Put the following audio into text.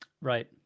Right